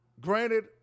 Granted